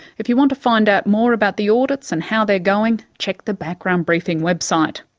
if you want to find out more about the audits and how they're going, check the background briefing website.